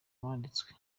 wanditswe